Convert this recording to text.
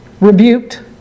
rebuked